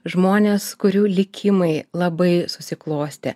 žmonės kurių likimai labai susiklostė